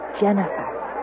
Jennifer